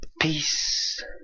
peace